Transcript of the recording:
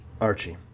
Archie